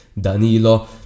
Danilo